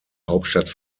hauptstadt